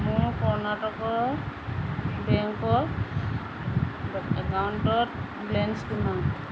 মোৰ কৰ্ণাটকা বেংকৰ একাউণ্টত বেলেঞ্চ কিমান